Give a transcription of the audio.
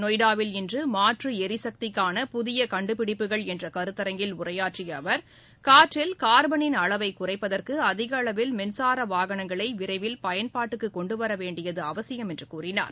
நொய்டாவில் இன்றுமாற்றுளரிசக்திக்கான புதியகண்டுபிடிப்புகள் என்றகருத்தரங்கில் உரையாற்றியஅவர் கார்பனின் குறைப்பதற்குஅதிகளவில் மின்சாரவாகனங்களைவிரைவில் பயன்பாட்டுக்குணெண்டுவரவேண்டியதுஅவசியம் என்றும் கூறினார்